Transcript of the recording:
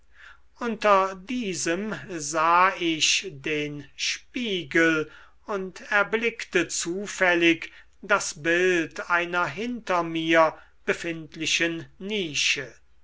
unter diesem sah ich in den spiegel und erblickte zufällig das bild einer hinter mir befindlichen nische